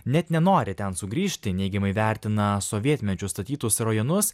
net nenori ten sugrįžti neigiamai vertina sovietmečiu statytus rajonus